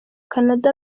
canada